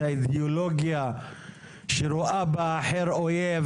את האידיאולוגיה שרואה באחר אויב.